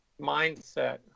mindset